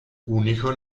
unico